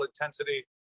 intensity